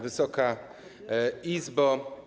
Wysoka Izbo!